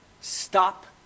stop